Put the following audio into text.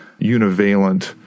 univalent